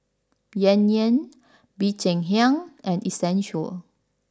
Yan Yan Bee Cheng Hiang and Essential